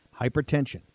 Hypertension